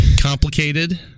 Complicated